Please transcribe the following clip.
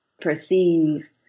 perceive